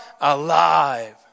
alive